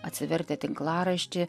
atsivertę tinklaraštį